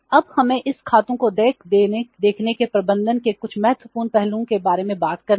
अब हमें इस खाते को देय देखने के प्रबंधन के कुछ महत्वपूर्ण पहलुओं के बारे में बात करनी है